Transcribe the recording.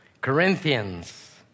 Corinthians